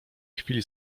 chwili